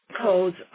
codes